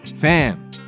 Fam